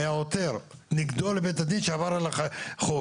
היה עותר נגדו לבית הדין שעבר על החוק.